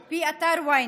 על פי אתר ynet,